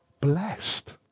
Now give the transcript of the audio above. blessed